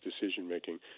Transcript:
decision-making